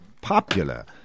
popular